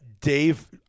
Dave